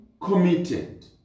committed